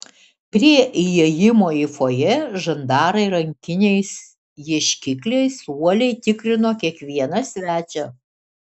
prie įėjimo į fojė žandarai rankiniais ieškikliais uoliai tikrino kiekvieną svečią